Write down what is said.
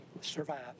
survive